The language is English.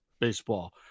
baseball